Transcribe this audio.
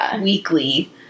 weekly